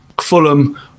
Fulham